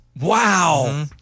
Wow